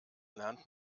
lernt